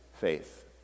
faith